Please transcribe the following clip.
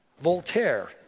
Voltaire